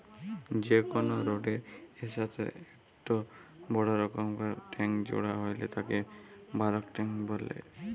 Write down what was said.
যে কোনো রোডের এর সাথেই একটো বড় রকমকার ট্যাংক জোড়া হইলে তাকে বালক ট্যাঁক বলে